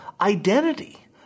identity